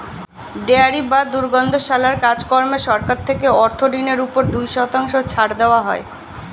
dairy বা দুগ্ধশালার কাজ কর্মে সরকার থেকে অর্থ ঋণের উপর দুই শতাংশ ছাড় দেওয়া হয়